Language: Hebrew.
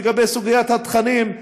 לגבי סוגיית התכנים,